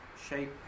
shape